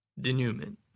Denouement